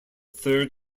third